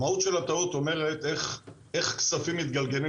המהות של הטעות אומרת איך כספים מתגלגלים,